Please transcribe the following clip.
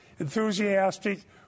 enthusiastic